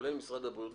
כולל משרד הבריאות,